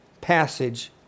passage